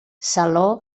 saló